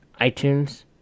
iTunes